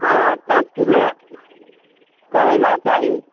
हँ पॉंच किलो करैला चाही